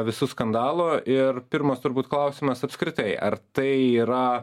visų skandalų ir pirmas turbūt klausimas apskritai ar tai yra